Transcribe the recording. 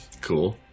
Cool